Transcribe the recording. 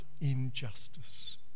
injustice